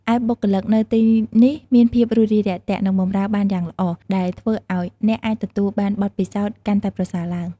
ឯបុគ្គលិកនៅទីនេះមានភាពរួសរាយរាក់ទាក់ និងបម្រើបានយ៉ាងល្អ ដែលធ្វើឱ្យអ្នកអាចទទួលបានបទពិសោធន៍កាន់តែប្រសើរឡើង។